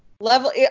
Level –